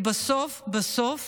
כי בסוף בסוף